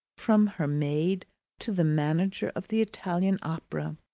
from her maid to the manager of the italian opera,